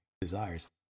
desires